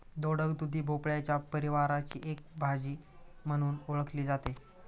दोडक, दुधी भोपळ्याच्या परिवाराची एक भाजी म्हणून ओळखली जाते